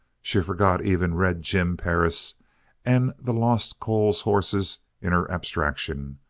she forgot even red jim perris and the lost coles horses in her abstraction,